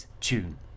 Tune